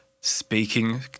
speaking